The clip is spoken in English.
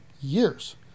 years